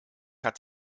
hat